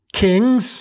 kings